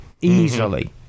easily